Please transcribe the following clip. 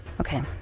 Okay